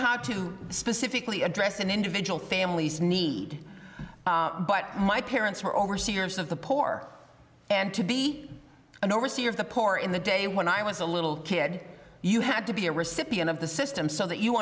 how to specifically address an individual families need but my parents were overseer of the poor and to be an overseer of the poor in the day when i was a little kid you had to be a recipient of the system so that you